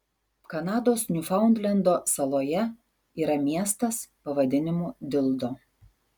kanados niufaundlendo saloje yra miestas pavadinimu dildo